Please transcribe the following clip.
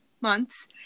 Months